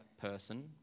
person